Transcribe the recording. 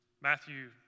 Matthew